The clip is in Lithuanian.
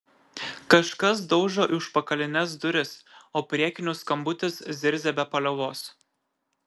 kažkas daužo į užpakalines duris o priekinių skambutis zirzia be paliovos